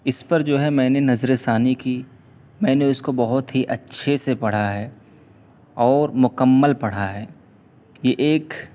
اس پر جو ہے میں نے نظرِ ثانی کی میں نے اس کو بہت ہی اچھے سے پڑھا ہے اور مکمل پڑھا ہے یہ ایک